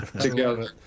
together